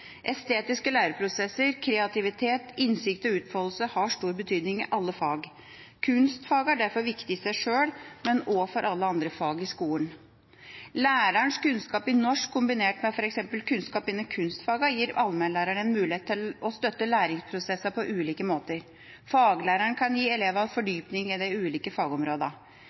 Estetiske læreprosesser, kreativitet, innsikt og utfoldelse har stor betydning i alle fag. Kunstfag er derfor viktige i seg sjøl, men også for alle andre fag i skolen. Lærerens kunnskap i norsk kombinert med f.eks. kunnskap innen kunstfagene gir allmennlæreren en mulighet til å støtte læringsprosesser på ulike måter. Faglæreren kan gi elevene fordypning i de ulike